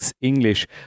English